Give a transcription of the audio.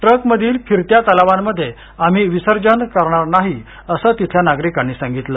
ट्रकमधील फिरत्या तलावांमध्ये आम्ही विसर्जन करणार नाही असं तिथल्या नागरिकांनी सांगितल